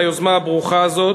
ביוזמה הברוכה הזאת.